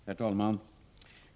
Herr talman!